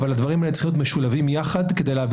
אבל הדברים האלה צריכים להיות משולבים יחד כדי להביא